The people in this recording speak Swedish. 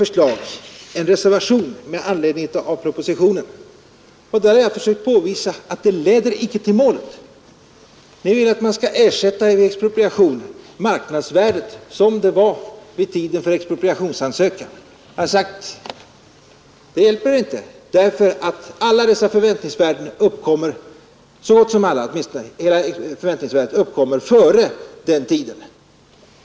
I en reservation med anledning av propositionen har ni faktiskt ett konkret förslag, men jag har försökt påvisa att det inte leder till målet. Ni vill att man skall ersätta marken med det värde som marken hade vid tiden för expropriationsansökan, men jag har sagt att det hjälper inte, därför att så gott som alla förväntningsvärden uppkommer före den tiden.